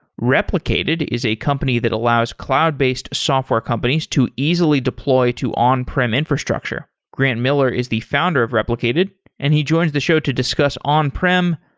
replicated is a company that allows cloud-based software companies to easily deploy to on prem infrastructure. grant miller is the founder of replicated and he joins the show to discuss on-prem,